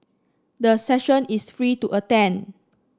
the session is free to attend